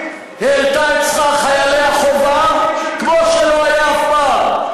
העלתה את שכר חיילי החובה כמו שלא היה אף פעם,